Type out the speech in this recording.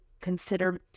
consider